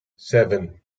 seven